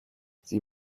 sie